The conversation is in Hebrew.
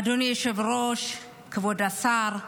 אדוני היושב-ראש, כבוד השר,